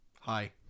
Hi